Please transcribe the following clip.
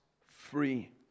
free